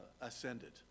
ascended